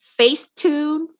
Facetune